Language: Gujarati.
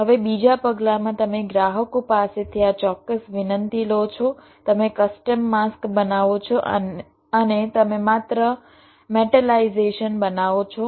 હવે બીજા પગલાંમાં તમે ગ્રાહકો પાસેથી આ ચોક્કસ વિનંતી લો છો તમે કસ્ટમ માસ્ક બનાવો છો અને તમે માત્ર મેટલાઇઝેશન બનાવો છો